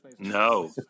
No